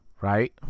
right